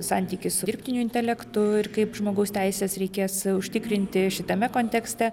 santykį su dirbtiniu intelektu ir kaip žmogaus teises reikės užtikrinti šitame kontekste